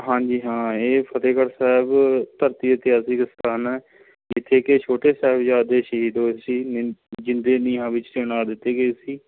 ਹਾਂਜੀ ਹਾਂ ਇਹ ਫਤਿਹਗੜ੍ਹ ਸਾਹਿਬ ਧਰਤੀ 'ਤੇ ਇਤਿਹਾਸਿਕ ਸਥਾਨ ਹੈ ਜਿੱਥੇ ਕਿ ਛੋਟੇ ਸਾਹਿਬਜ਼ਾਦੇ ਸ਼ਹੀਦ ਹੋਏ ਸੀ ਜਿਉਂਦੇ ਨੀਹਾਂ ਵਿੱਚ ਚਿਣਵਾ ਦਿੱਤੇ ਗਏ ਸੀ